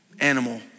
animal